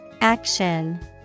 Action